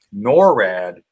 NORAD